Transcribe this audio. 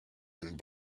and